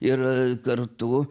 ir kartu